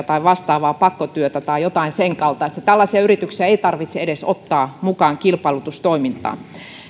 tai vastaavaa pakkotyötä tai jotain sen kaltaista tällaisia yrityksiä ei tarvitse edes ottaa mukaan kilpailutustoimintaan